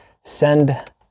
send